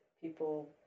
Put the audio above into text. people